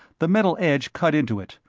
the metal edge cut into it,